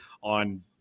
on